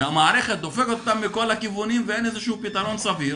שהמערכת הופכת אותם מכל הכיוונים ואין איזשהו פתרון סביר